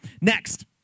Next